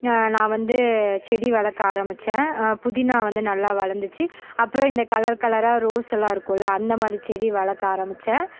நான் நான் வந்து செடி வளர்க்க ஆரமிச்சேன் புதினா வந்து நல்லா வளர்ந்துச்சி அப்புறோம் இந்த கலர் கலராக ரோஸ் எல்லாம் இருக்குதுல அந்த மாதிரி செடி வளர்க்க ஆரமிச்சேன்